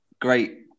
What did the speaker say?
Great